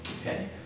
Okay